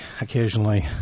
occasionally